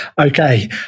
Okay